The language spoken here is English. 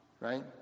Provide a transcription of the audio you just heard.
right